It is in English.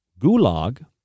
gulag